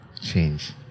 Change